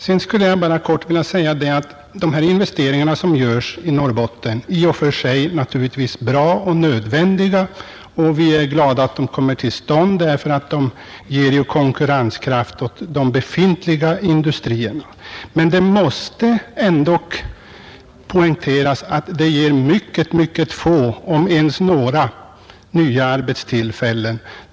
Sedan vill jag bara helt kort säga att de här investeringarna som görs i Norrbotten är naturligtvis i och för sig bra och nödvändiga, och vi är glada att de kommer till stånd, därför att de ger ju konkurrenskraft åt de befintliga industrierna. Men det måste ändock poängteras att de statliga investeringar som nu är på gång ger mycket få, om ens några, nya arbetstillfällen.